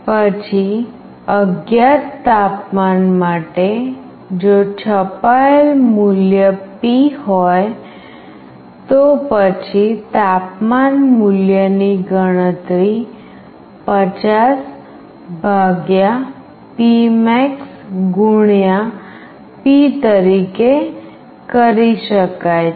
પછી અજ્ઞાત તાપમાન માટે જો છપાયેલ મૂલ્ય P હોય તો પછી તાપમાન મૂલ્યની ગણતરી 50 P max P તરીકે કરી શકાય છે